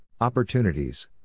Opportunities